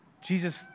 Jesus